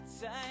Time